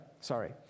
Sorry